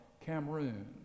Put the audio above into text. Cameroon